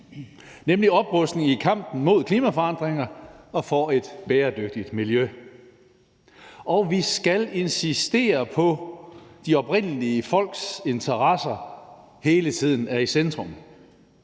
nemlig oprustning i kampen mod klimaforandringer og for et bæredygtigt miljø, og vi skal insistere på, at de oprindelige folks interesser hele tiden er i centrum.